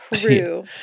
crew